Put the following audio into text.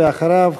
ואחריו,